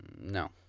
No